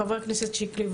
חבר הכנסת שיקלי,